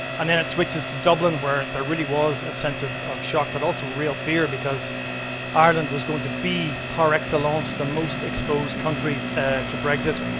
and then it switches to dublin where there really was a sense of of shock, but also real fear, because ireland was going to be par excellence, the most exposed country to brexit.